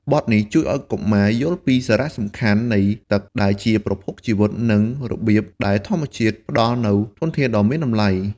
បទនេះជួយឲ្យកុមារយល់ពីសារៈសំខាន់នៃទឹក ដែលជាប្រភពជីវិត និងរបៀបដែលធម្មជាតិផ្តល់នូវធនធានដ៏មានតម្លៃ។